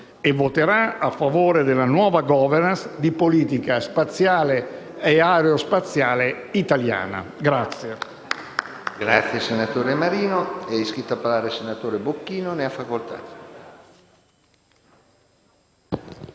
e voterà a favore della nuova *governance* di politica spaziale e aerospaziale italiana.